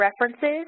references